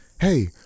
Hey